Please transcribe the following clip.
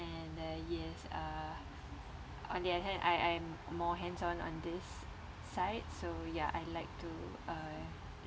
and uh yes uh on the other hand I I'm more hands on on this side so ya I like to uh